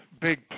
big